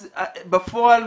בפועל,